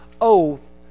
oath